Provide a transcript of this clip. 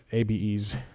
ABE's